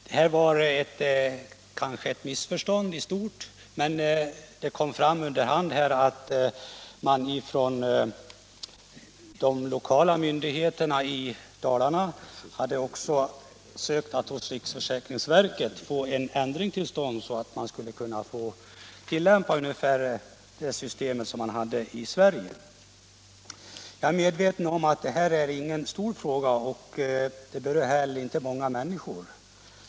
Det här var kanske i stort sett ett missförstånd, men det framkom under hand att de lokala myndigheterna i Dalarna hade försökt att hos riksförsäkringsverket få till stånd en ändring, så att man i sådana här fall skulle kunna tillämpa det system som vi har i Sverige. Jag är medveten om att det här inte är någon stor fråga och att den inte heller berör många människor.